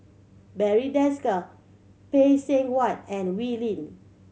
Barry Desker Phay Seng Whatt and Wee Lin